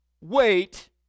Wait